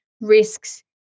risks